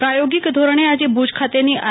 પ્રથોગિક ધોરણે આજે ભુજ ખ તેની આર